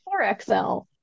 4XL